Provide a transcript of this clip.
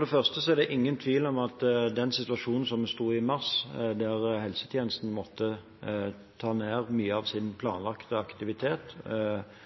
det første er det ingen tvil om at den situasjonen som vi sto i i mars, da helsetjenestene måtte ta ned mye av sin planlagte aktivitet,